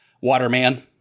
Waterman